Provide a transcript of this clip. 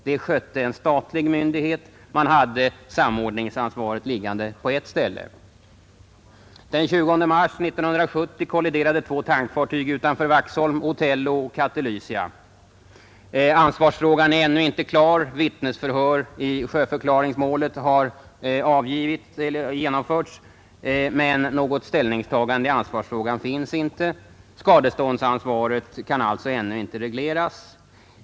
Det skötte en statlig myndighet. Man hade samordningsansvaret på ett ställe. Den 20 mars 1970 kolliderade två tankfartyg utanför Vaxholm, Otello och Katelysia. Ansvarsfrågan är ännu inte klar. Vittnesförhör i sjöförklaringsmålet har genomförts, men något ställningstagande i ansvarsfrågan föreligger inte. Skadeståndsansvaret kan alltså ännu inte regleras.